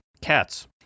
cats